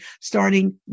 starting